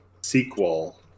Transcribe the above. sequel